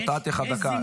לא תצליחו.